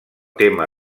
tema